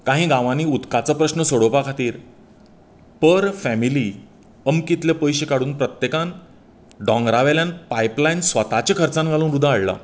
काही गांवांनी उदकाचो प्रस्न सोडोवपा खातीर पर फेमिली अमकें इतलें पयशें काडून प्रत्येकान दोंगरा वेल्यान पायपलायन स्वताच्या खर्चान घालून उदक हाडलां